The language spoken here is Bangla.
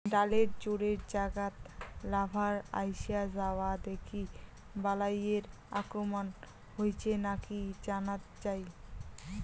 ডালের জোড়ের জাগাত লার্ভার আইসা যাওয়া দেখি বালাইয়ের আক্রমণ হইছে নাকি জানাত যাই